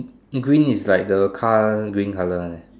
green is like the car green colour one eh